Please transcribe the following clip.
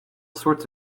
sorts